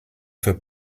für